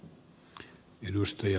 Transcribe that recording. arvoisa puhemies